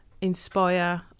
Inspire